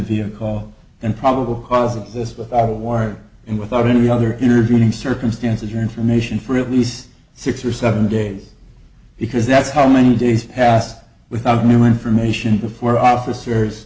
vehicle and probable cause of this without a wire and without any other intervening circumstances or information for at least six or seven days because that's how many days passed without new information before officers